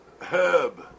Herb